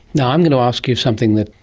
now i'm going to ask you something that,